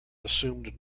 assumed